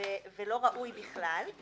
ולא ראוי בכלל,